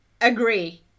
Agree